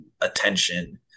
attention